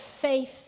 faith